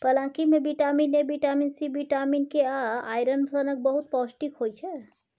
पलांकी मे vitamin A, vitamin C, vitamin K आ आइरन सनक बहुत पौष्टिक होइ छै